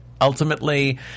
ultimately